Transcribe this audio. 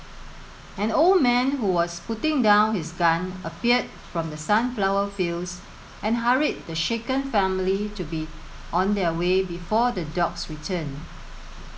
an old man who was putting down his gun appeared from the sunflower fields and hurried the shaken family to be on their way before the dogs return